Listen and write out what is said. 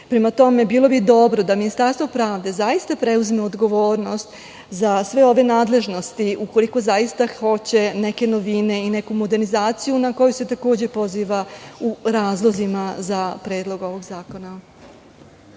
tome, bilo bi dobro da Ministarstvo pravde zaista preuzme odgovornost za sve ove nadležnosti, ukoliko zaista hoće neke novine i neku modernizaciju, na koju se takođe poziva u razlozima za Predlog ovog zakona.